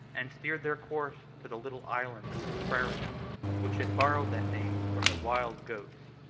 and steered their course to the little island of capraria which had borrowed that name from the wild goats,